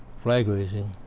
flag raising.